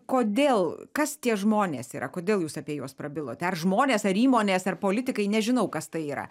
kodėl kas tie žmonės yra kodėl jūs apie juos prabilote ar žmonės ar įmonės ar politikai nežinau kas tai yra